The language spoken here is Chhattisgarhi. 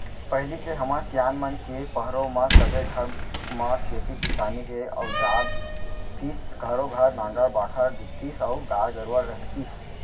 पहिली के हमर सियान मन के पहरो म सबे घर म खेती किसानी के अउजार दिखतीस घरों घर नांगर बाखर दिखतीस अउ गाय गरूवा रहितिस